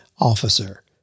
officer